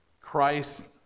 Christ